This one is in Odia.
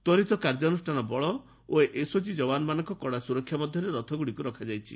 ତୃରିତ୍ କାର୍ଯ୍ୟାନୁଷ୍ଠାନ ବଳ ଓ ଏସଓଜି ଜବାନମାନଙ୍କ କଡା ସୁରକ୍ଷା ମଧ୍ଧରେ ରଥଗୁଡିକୁ ରଖାଯାଇଛି